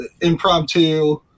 impromptu